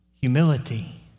humility